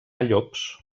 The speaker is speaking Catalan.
llops